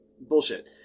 Bullshit